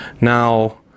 Now